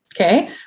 Okay